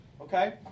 Okay